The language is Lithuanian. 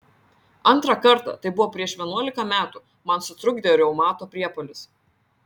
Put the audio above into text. antrą kartą tai buvo prieš vienuolika metų man sutrukdė reumato priepuolis